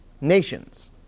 nations